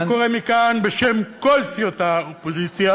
על דעת כל סיעות האופוזיציה